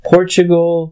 Portugal